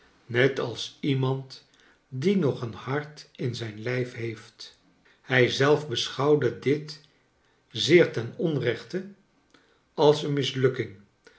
net als iemand die nog een hart in zijn lijf heeft hij zelf beschouwde dit zeer ten onrechte als een mislukking